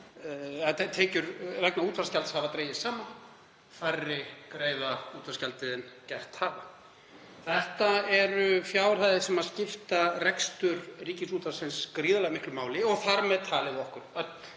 það að tekjur vegna útvarpsgjalds hafa dregist saman, færri greiða útvarpsgjaldið en gert hafa. Þetta eru fjárhæðir sem skipta rekstur Ríkisútvarpsins gríðarlega miklu máli og þar með talið okkur öll.